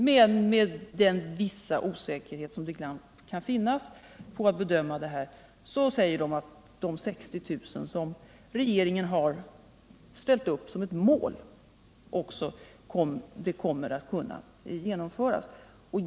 Men med den osäkerhet som finns när det gäller att bedöma, säger man att det mål på 60 000 som regeringen har ställt upp också kommer att kunna nås.